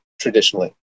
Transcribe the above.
traditionally